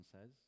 says